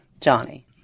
Johnny